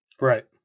Right